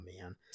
man